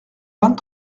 vingt